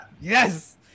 Yes